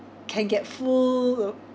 can get full